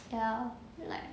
ya like